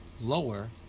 lower